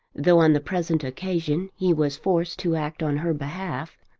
though on the present occasion he was forced to act on her behalf,